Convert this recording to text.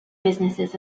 businesses